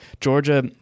Georgia